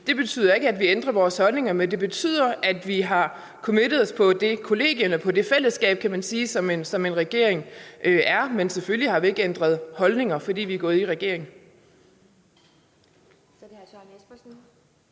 Det betyder ikke, at vi ændrer vores holdninger, men det betyder, at vi har committed os på det kollegie eller fællesskab, kan man sige, som en regering er, men selvfølgelig har vi ikke ændret holdninger, fordi vi er gået i regering.